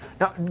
Now